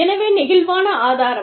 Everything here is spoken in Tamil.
எனவே நெகிழ்வான ஆதாரம்